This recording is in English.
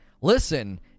listen